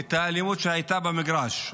את האלימות שהייתה במגרש.